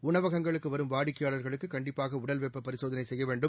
உணவகங்களுக்கு வரும் வாடிக்கையாளர்களுக்கு கண்டிப்பாக உடல்வெப்ப பரிசோதனை செய்ய வேண்டும்